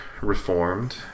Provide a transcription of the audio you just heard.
Reformed